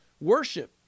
worship